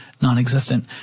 non-existent